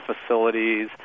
facilities